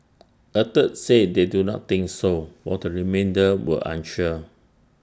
A third said they do not think so what the remainder were unsure